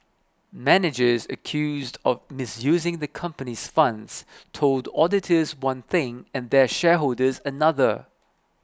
managers accused of misusing the comopany's funds told auditors one thing and their shareholders another